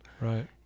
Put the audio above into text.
Right